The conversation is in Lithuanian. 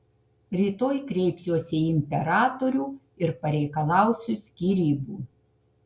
rytoj kreipsiuosi į imperatorių ir pareikalausiu skyrybų